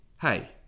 hey